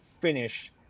finish